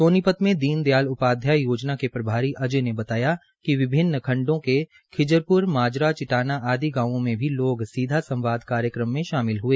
सोनीपत में दीन दयाल उपाध्याय योजना के प्रभारी अजय ने बताया कि विभिन्न खंडों के खिजरप्र माजरा चिटाना आदि गांवों में भी लोग सीधा संवाद कार्यक्रम में शामिल हए